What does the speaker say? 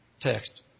text